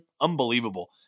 Unbelievable